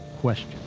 question